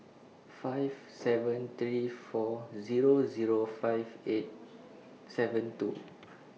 five seven three four Zero Zero five eight seven two